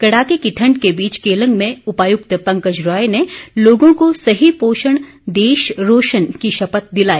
कड़ाके की ठण्ड के बीच केलंग में उपायुक्त पंकज राय ने लोगों को सही पोषण देश रोशन की शपथ दिलाई